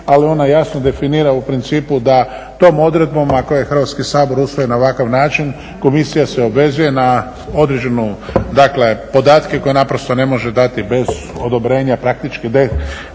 ali ona jasno definira u principu da tom odredbom ako je Hrvatski sabor usvoji na ovakav način komisija se obvezuje na određene dakle podatke koje naprosto ne može dati bez odobrenja praktički